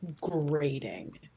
grating